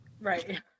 Right